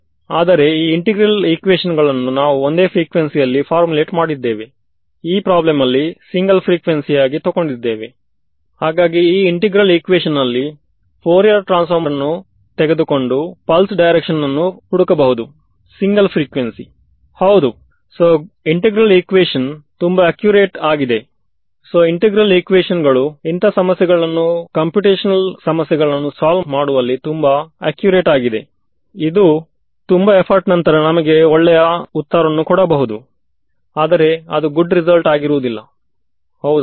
ಆದ್ದರಿಂದ ಸಂಖ್ಯಾ ತ್ಮಕವಾಗಿ ನಾನು ಸಂಖ್ಯೆಯನ್ನು ಆಗಿ ತೆಗೆದುಕೊಂಡು ಹಾಗು ಇದಕ್ಕಾಗಿ ಮೇಶ್ನ್ನು ಫೈನ್ ಆಗಿರುವುದು ಮುಖ್ಯ ಇದರಿಂದ ಸಂಖ್ಯಾತ್ಮಕವಾಗಿ ಅಪ್ರಾಕ್ಸಿ ಮೆಷನ್ ಎಂಬುದು ಸರಿಯಲ್ಲವೇ ಒಮ್ಮೆ ಇದು ಸಿಕ್ಕ ನಂತರ ನನ್ನ ಫೇವರಿಟ್ ಎಕ್ಸ್ಪ್ರೆಷನ್ ಆದ RCSವು ಕ್ಕೆ ಸಮ